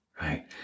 right